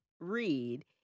read